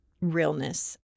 realness